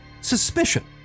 suspicion